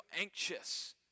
anxious